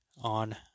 on